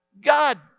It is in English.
God